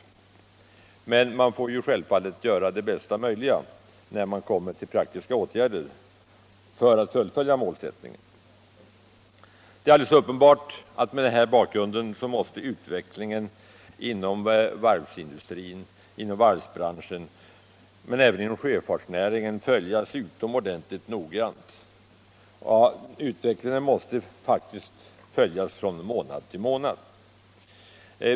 Men man får självfallet göra det bästa möjliga när man kommer till praktiska åtgärder för att fullfölja målsättningen. Det är alldeles uppenbart att mot denna bakgrund måste utvecklingen inom varvsbranschen, men även inom sjöfartsnäringen, följas utomordentligt noggrant. Utvecklingen måste faktiskt följas från månad till månad.